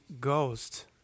Ghost